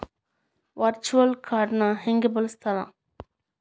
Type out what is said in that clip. Virtual ಕಾರ್ಡ್ನ ಹೆಂಗ ಬಳಸ್ತಾರ?